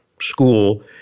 school